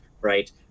right